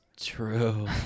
true